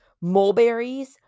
Mulberries